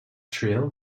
trail